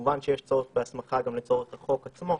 כמובן שיש צורך בהסמכה גם לצורך החוק עצמו.